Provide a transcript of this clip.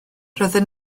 roedden